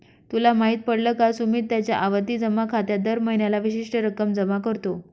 तुला माहित पडल का? सुमित त्याच्या आवर्ती जमा खात्यात दर महीन्याला विशिष्ट रक्कम जमा करतो